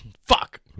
fuck